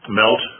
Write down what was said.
melt